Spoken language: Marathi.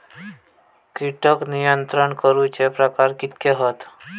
कीटक नियंत्रण करूचे प्रकार कितके हत?